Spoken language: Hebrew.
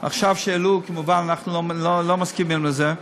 עכשיו שהעלו, כמובן אנחנו לא מסכימים לזה.